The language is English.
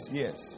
yes